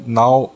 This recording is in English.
now